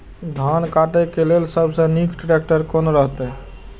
धान काटय के लेल सबसे नीक ट्रैक्टर कोन रहैत?